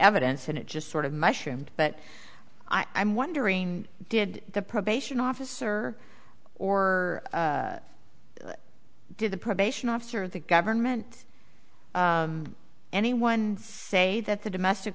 evidence and it just sort of mushroom but i'm wondering did the probation officer or did the probation officer the government anyone say that the domestic